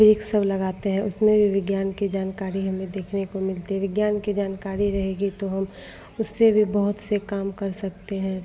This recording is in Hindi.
वृक्ष सब लगाते हैं उसमें भी विज्ञान की जानकारी हमें देखने को मिलती है विज्ञान की जानकारी रहेगी तो हम उससे भी बहुत से काम कर सकते हैं